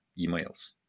emails